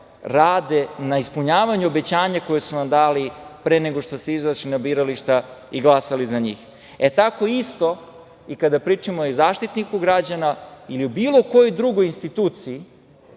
rade na ispunjavanju obećanja koje su vam dali pre nego što ste izašli na birališta i glasali za njih. Tako isto i kada pričamo o Zaštitniku građana ili o bilo kojoj drugoj instituciji